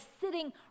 sitting